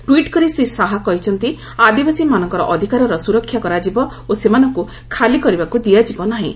tweet କରି ଶ୍ରୀ ଶାହା କହିଛନ୍ତି ଆଦିବାସୀମାନଙ୍କର ଅଧିକାରର ସୁରକ୍ଷା କରାଯିବ ଓ ସେମାନଙ୍କୁ ଖାଲି କରିବାକୁ ଦିଆଯିବ ନାହିଁ